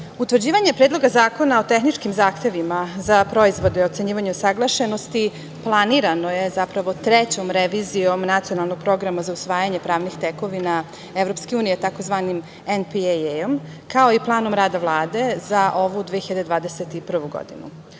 utvrđivanje Predloga zakona o tehničkim zahtevima za proizvode o ocenjivanju usaglašenosti planirano je trećom revizijom Nacionalnog programa za usvajanje pravnih tekovina EU, tzv. NPAA-om, kao i Planom rada Vlade za ovu 2021. godinu. Ova